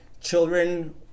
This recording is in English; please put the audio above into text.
children